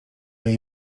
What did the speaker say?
jej